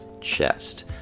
chest